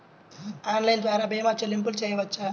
Online ద్వార భీమా చెల్లింపులు చేయవచ్చా?